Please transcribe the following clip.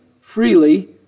freely